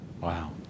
wow